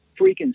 freaking